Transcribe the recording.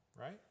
Right